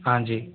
हाँ जी